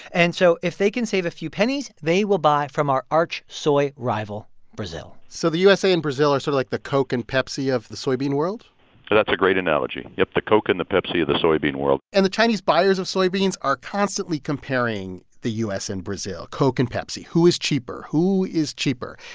and so if they can save a few pennies, they will buy from our arch soy rival brazil so the usa and brazil are sort of like the coke and pepsi of the soybean world that's a great analogy. yep, the coke and the pepsi of the soybean world and the chinese buyers of soybeans are constantly comparing the u s. and brazil coke and pepsi. who is cheaper? who is cheaper?